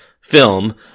film